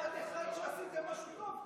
שלפיו עשיתם משהו טוב.